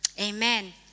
Amen